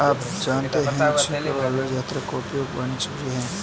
क्या आप जानते है छिड़कने वाले यंत्र का उपयोग पानी छिड़कने के लिए भी होता है?